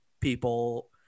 people